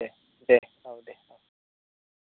दे दे औ दे औ